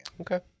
Okay